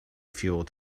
fuel